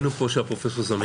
היינו כאן כשפרופסור זמיר דיבר.